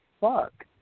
fuck